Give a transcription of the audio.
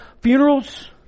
funerals